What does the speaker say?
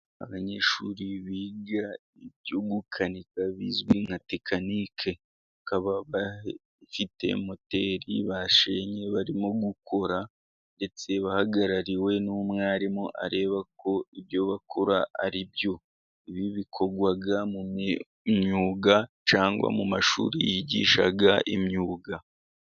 Abanyeshuri biga ibyo gukanika bizwi nka tekanike. Bakaba bafite moteri bashenye barimo gukura, ndetse bahagarariwe n'umwarimu areba ko ibyo bakora ari byo. Ibi bikorwa mu myuga, cyangwa mu mashuri yigisha imyuga.